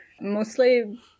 Mostly